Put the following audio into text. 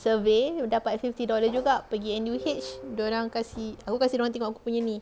survey dapat fifty dollars juga pergi N_U_H dorang kasi aku kasi dorang tengok aku punya ni